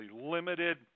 limited